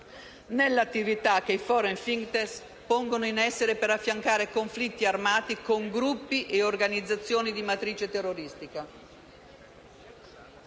nell'attività che i *foreign fighters* pongono in essere per affiancare conflitti armati con gruppi e organizzazioni di matrice terroristica.